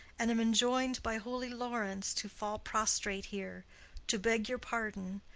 and am enjoin'd by holy laurence to fall prostrate here to beg your pardon.